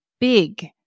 big